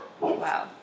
Wow